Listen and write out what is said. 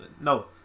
No